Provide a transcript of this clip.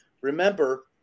remember